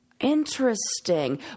Interesting